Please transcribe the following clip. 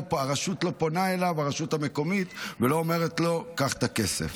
הרשות המקומית לא פונה אליו ואומרת לו: קח את הכסף.